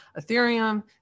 Ethereum